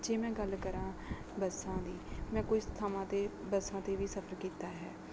ਜੇ ਮੈਂ ਗੱਲ ਕਰਾਂ ਬੱਸਾਂ ਵੀ ਮੈਂ ਕੋਈ ਥਾਵਾਂ 'ਤੇ ਬੱਸਾਂ 'ਤੇ ਵੀ ਸਫ਼ਰ ਕੀਤਾ ਹੈ